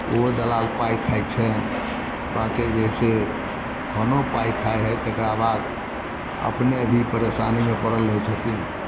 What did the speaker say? ओहो दलाल पाइ खाइ छनि बाँकी जे हइ से थानो पाइ खाइ हइ तकरा बाद अपने भी परेशानीमे पड़ल रहै छथिन